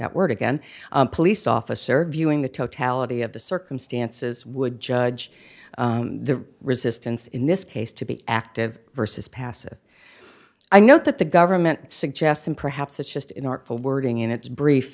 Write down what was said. word again police officer viewing the totality of the circumstances would judge the resistance in this case to be active versus passive i know that the government suggests and perhaps it's just in artful wording in its brief